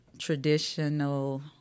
traditional